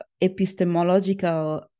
epistemological